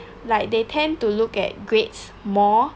like they tend to look at grades more